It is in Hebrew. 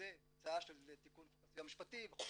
שזו תוצאה של תיקון חוק הסיוע המשפטי וחוק